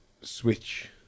switch